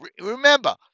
Remember